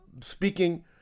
speaking